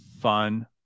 fun